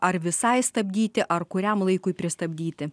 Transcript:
ar visai stabdyti ar kuriam laikui pristabdyti